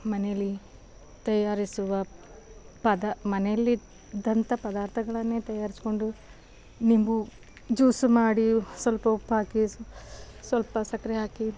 ಮನೇಲಿ ತಯಾರಿಸುವ ಪದ ಮನೆಯಲ್ಲಿ ಇದ್ದಂಥ ಪದಾರ್ಥಗಳನ್ನೇ ತಯಾರಿಸ್ಕೊಂಡು ನಿಂಬು ಜ್ಯೂಸು ಮಾಡಿ ಸ್ವಲ್ಪ ಉಪ್ಪು ಹಾಕಿ ಸ್ ಸ್ವಲ್ಪ ಸಕ್ಕರೆ ಹಾಕಿ